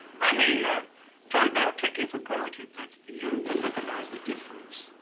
i mean, ah tobel taken for granted that you would recognize the difference.